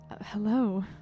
hello